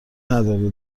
نداری